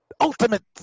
ultimate